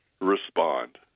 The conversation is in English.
respond